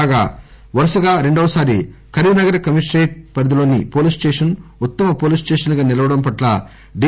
కాగా వరుసగా రెండవసారి కరీం నగర్ కమిషనరేట్ పరిధిలోని పోలీస్ స్టేషన్ ఉత్తమ పోలీస్ స్టేషన్ గా నిలవడం పట్ల డీ